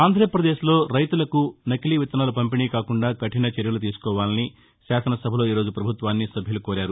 ఆంధ్రాపదేశ్లో రైతులకు నకిలీ విత్తనాలు పంపిణీ కాకుండా కఠిన చర్యలు తీసుకోవాలని శాసన సభలో ఈరోజు ప్రభుత్వాన్ని సభ్యులు కోరారు